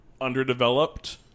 underdeveloped